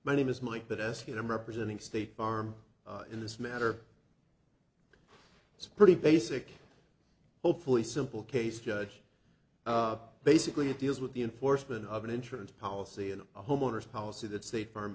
my name is mike that as him representing state farm in this matter it's a pretty basic hopefully simple case judge basically it deals with the enforcement of an insurance policy and a homeowner's policy that state farm